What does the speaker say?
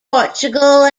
portugal